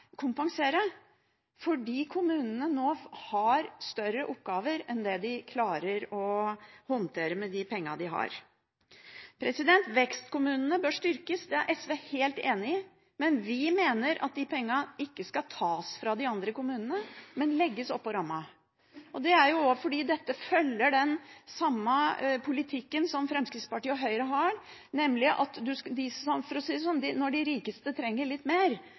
kompensere, fordi kommunene har større oppgaver enn det de klarer å håndtere med de pengene de har. Vekstkommunene bør styrkes. Det er SV helt enig i, men vi mener at de pengene ikke skal tas fra de andre kommunene, men legges oppå ramma. Det er fordi dette følger den samme politikken som Fremskrittspartiet og Høyre har, nemlig at når de rikeste trenger litt mer, skal man ta det fra alle de andre som ikke har så mye penger, og gi til dem. Så sier de